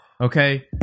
Okay